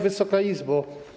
Wysoka Izbo!